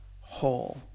whole